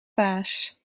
baas